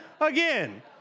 again